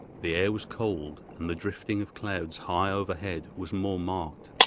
the air was cold, and the drifting of clouds high overhead was more marked.